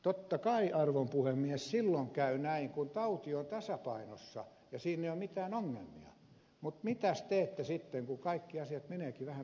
totta kai arvon puhemies silloin käy näin kun tauti on tasapainossa ja siinä ei ole mitään ongelmia mutta mitäs teette sitten kun kaikki asiat menevätkin vähän pieleen